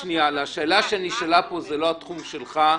לשאלה שנשאלה פה, זה לא התחום שלך.